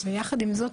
יחד עם זאת,